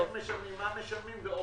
מה משלמים.